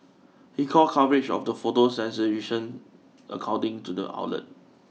he called coverage of the photo sensationalism according to the outlet